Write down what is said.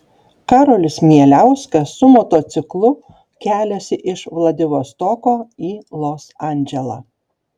karolis mieliauskas su motociklu keliasi iš vladivostoko į los andželą